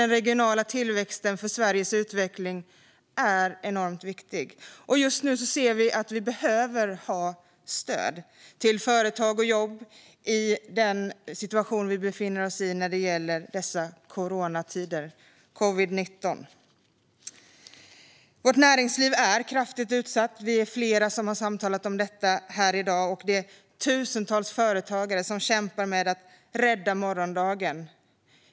Den regionala tillväxten är enormt viktig för Sveriges utveckling, och vi ser att vi behöver ge stöd till företag och jobb i den situation vi befinner oss i nu med covid-19. Vårt näringsliv är kraftigt utsatt. Vi är flera som har talat om detta här i dag. Tusentals företagare kämpar för att rädda morgondagen.